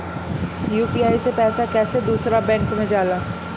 UPI से पैसा कैसे दूसरा बैंक मे जाला?